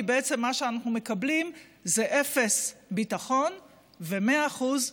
כי בעצם מה שאנחנו מקבלים זה אפס ביטחון ומאה אחוז שחיתות.